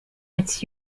its